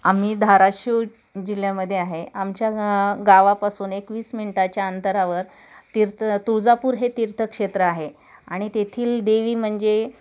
आम्ही धाराशिव जिल्ह्यामध्ये आहे आमच्या गावापासून एकवीस मिनटाच्या अंतरावर तीर्थ तुळजापूर हे तीर्थक्षेत्र आहे आणि तेथील देवी म्हणजे